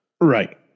Right